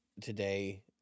today